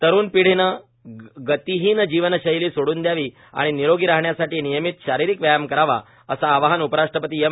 तरुण पिढीनं गतिहीन जीवनशैली सोडून द्यावी आणि निरोगी राहण्यासाठी नियमित शारीरिक व्यायाम करावा असं आवाहन उपराष्ट्रपती एम